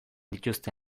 dituzte